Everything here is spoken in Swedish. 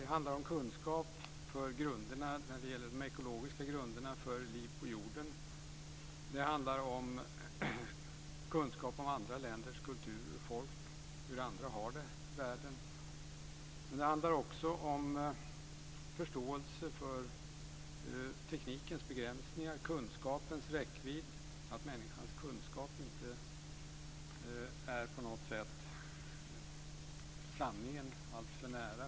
Det handlar om kunskap om de ekologiska grunderna för liv på jorden. Det handlar om kunskap om andra länders kulturer och folk, hur andra har det i världen. Men det handlar också om förståelse för teknikens begränsningar, kunskapens räckvidd, att människans kunskap inte på något sätt är sanningen alltför nära.